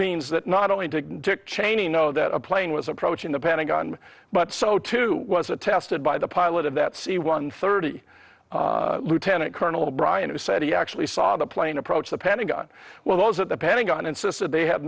means that not only to dick cheney know that a plane was approaching the pentagon but so too was attested by the pilot of that c one thirty lieutenant colonel brian who said he actually saw the plane approach the pentagon well those at the pentagon insisted they ha